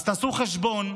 אז תעשו חשבון,